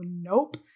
Nope